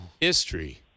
history